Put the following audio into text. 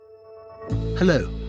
Hello